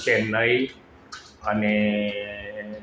ચેન્નઇ અને